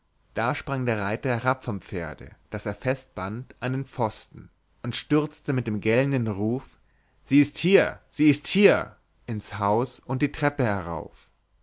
da sprang der reiter herab vom pferde das er festband an den pfosten und stürzte mit dem gellenden ruf sie ist hier sie ist hier ins haus und die treppe herauf